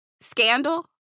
Scandal